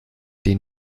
den